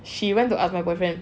she went to ask my boyfriend